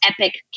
epic